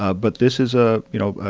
ah but this is a you know,